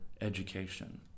education